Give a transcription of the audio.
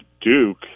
Duke